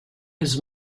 his